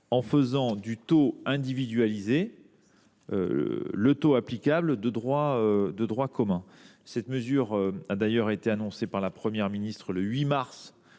en faisant du taux d’imposition individualisé le taux applicable de droit commun. Cette mesure a d’ailleurs été annoncée par la Première ministre le 8 mars